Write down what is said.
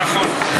לשבת.